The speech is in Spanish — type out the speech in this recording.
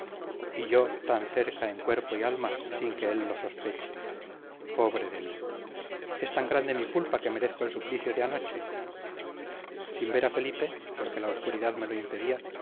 y yo tan cerca en cuerpo y alma sin que él lo sospeche pobre de mí es tan grande mi culpa que merezco el suplicio de anoche sin ver a felipe porque la obscuridad me lo impedía